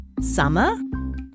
Summer